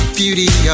beauty